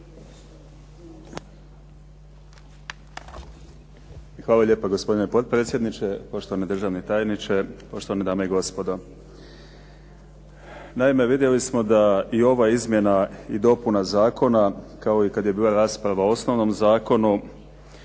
Hvala lijepa, gospodine potpredsjedniče. Poštovani državni tajniče, poštovane dame i gospodo. Naime, vidjeli smo da i ova izmjena i dopuna zakona, kao i kad je bila rasprava o osnovnom zakonu